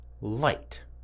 light